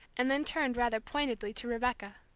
and then turned rather pointedly to rebecca.